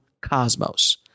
Cosmos